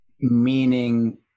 meaning